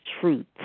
truth